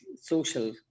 social